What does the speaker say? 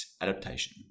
Adaptation